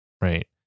Right